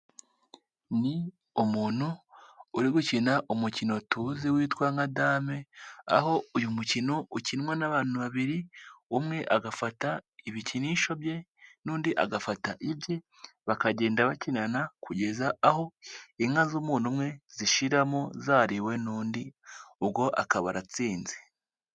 Ni umuntu uri gukina umukino tuzi witwa nka dame, aho uyu mukino ukinwa n'abantu babiri umwe agafata ibikinisho bye n'undi agafata ibye bakagenda bakinana kugeza aho inka z'umuntu umwe zishiramo zariwe n'undi ubwo akaba atsinze.